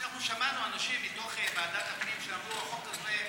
אנחנו שמענו אנשים מתוך ועדת הפנים שאמרו: החוק הזה,